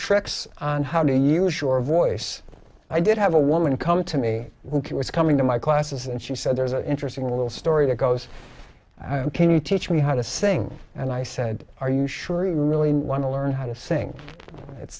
tricks on how to you sure voice i did have a woman come to me when he was coming to my classes and she said there's an interesting little story that goes can you teach me how to sing and i said are you sure you really want to learn how to sing